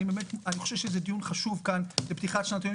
אני חושב שזה דיון חשוב כאן לפתיחת שנת הלימודים